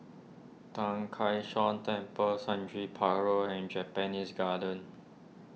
Tang Kak Seah Temple Sundridge Park Road and Japanese Garden